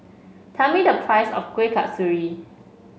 tell me the price of Kueh Kasturi